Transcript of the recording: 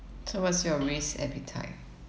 so what's your risk appetite